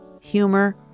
humor